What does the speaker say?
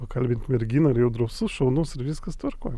pakalbint merginą ir jau drąsus šaunus ir viskas tvarkoj